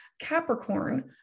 Capricorn